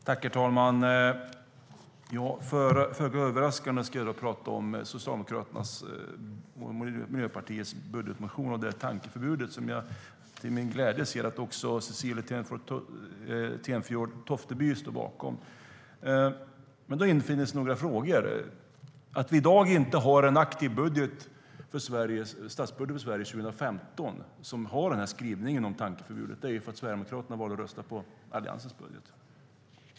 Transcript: Herr talman! Föga överraskande ska jag ta upp Socialdemokraternas och Miljöpartiets budgetmotion och det tankeförbud som jag till min glädje hör att inte heller Cecilie Tenfjord-Toftby står bakom. Därmed infinner sig några frågor. Att vi i dag inte har en aktiv statsbudget för Sverige gällande 2015, med en skrivning om tankeförbudet, beror på att Sverigedemokraterna valde att rösta på Alliansens budget.